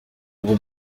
ibi